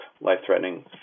life-threatening